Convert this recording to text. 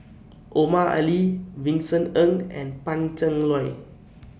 Omar Ali Vincent Ng and Pan Cheng Lui